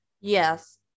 Yes